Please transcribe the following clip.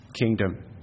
kingdom